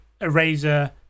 Eraser